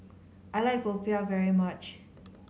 I like popiah very much